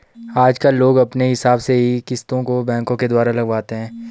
आजकल लोग अपने हिसाब से ही किस्तों को बैंकों के द्वारा लगवाते हैं